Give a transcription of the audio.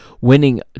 winning